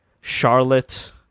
Charlotte